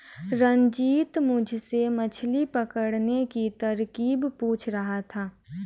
रंजित मुझसे मछली पकड़ने की तरकीब पूछ रहा था